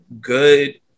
good